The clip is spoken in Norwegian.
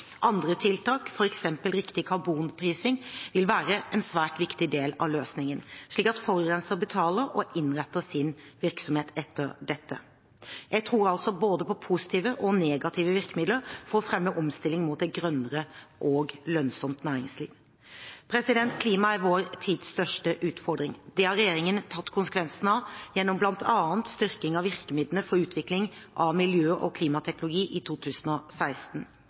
Andre tiltak, f.eks. riktig karbonprising, vil være en svært viktig del av løsningen, slik at forurenser betaler og innretter sin virksomhet etter dette. Jeg tror på både positive og negative virkemidler for å fremme omstilling mot et grønnere og lønnsomt næringsliv. Klima er vår tids viktigste utfordring. Det har regjeringen tatt konsekvensene av, gjennom bl.a. styrking av virkemidlene for utvikling av miljø- og klimateknologi i 2016.